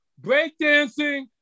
Breakdancing